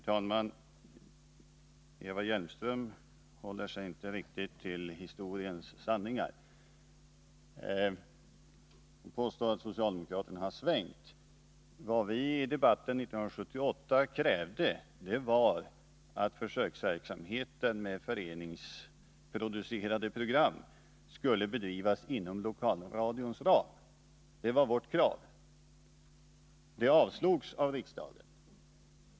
Herr talman! Eva Hjelmström håller sig inte riktigt till historiens sanningar. Hon påstår att socialdemokraterna har svängt. Vad vi i debatten 1978 krävde var att försöksverksamheten med föreningsproducerade program skulle bedrivas inom lokalradions ram. Det var vårt krav. Det avslogs av riksdagen.